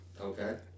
Okay